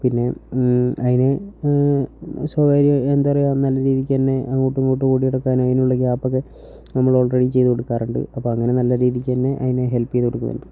പിന്നെ അതിനെ സ്വകാര്യം എന്താ പറയുക നല്ല രീതിക്കുതന്നെ അങ്ങോട്ടും ഇങ്ങോട്ടും ഓടി നടക്കാൻ അതിനുള്ള ഗ്യാപ്പൊക്കെ നമ്മൾ ഓൾറെഡി ചെയ്തു കൊടുക്കാറുണ്ട് അപ്പോൾ അങ്ങനെ നല്ല രീതിയ്ക്കുതന്നെ അതിനെ ഹെൽപ്പ് ചെയ്തു കൊടുക്കുന്നുണ്ട്